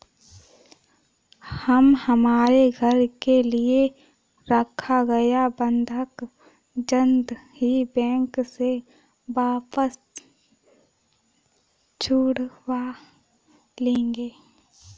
हम हमारे घर के लिए रखा गया बंधक जल्द ही बैंक से वापस छुड़वा लेंगे